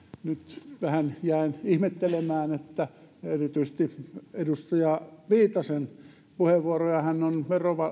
nyt vähän jään ihmettelemään erityisesti edustaja viitasen puheenvuoroa hän on